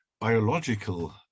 biological